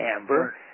amber